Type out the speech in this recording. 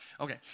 Okay